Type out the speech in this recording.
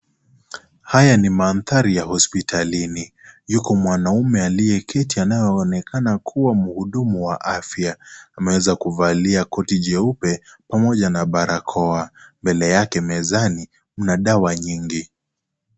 Haya ni mandhari ya hospitalini. Yuko mwanaume aliyeketi anayeonekana kuwa mhudumu wa afya. Ameweza kuvalia koti jeupe, pamoja na barakoa. Mbele yake mezani mna dawa nyingi.